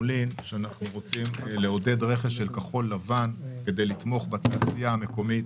רוצים לעודד רכש של כחול לבן כדי לתמוך בתעשייה המקומית